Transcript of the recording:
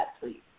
please